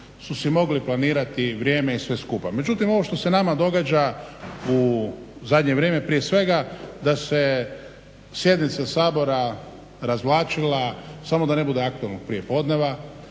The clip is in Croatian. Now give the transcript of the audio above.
su si mogli planirati vrijeme i sve skupa. Međutim ovo što se nama događa u zadnje vrijeme prije svega da se sjednica Sabora razvlačila samo da ne bude aktualnog prijepodneva,